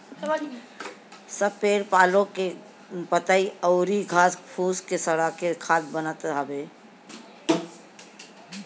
सब पेड़ पालो के पतइ अउरी घास फूस के सड़ा के खाद बनत हवे